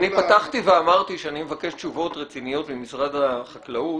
אני פתחתי ואמרתי שאני מבקש תשובות רציניות ממשרד החקלאות